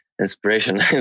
inspiration